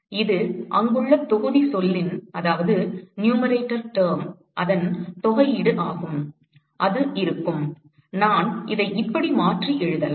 இது அங்குள்ள தொகுதி சொல்லின் தொகையீடு ஆகும் அது இருக்கும் நான் இதை இப்படி மாற்றி எழுதலாம்